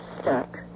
stuck